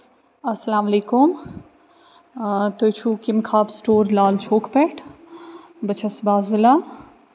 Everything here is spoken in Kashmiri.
اَسلام علیکُم تُہۍ چھِو کٮ۪م خاب سٕٹور لال چوک پٮ۪ٹھ بہٕ چھَس بازِلا